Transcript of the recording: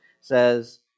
says